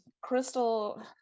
Crystal